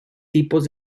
tipos